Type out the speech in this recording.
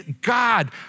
God